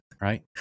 Right